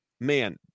man